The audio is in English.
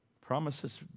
Promises